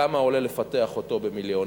כמה עולה לפתח אותו במיליונים,